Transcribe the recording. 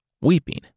weeping